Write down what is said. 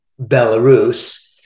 Belarus